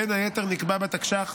בין היתר נקבע בתקש"ח,